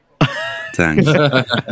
thanks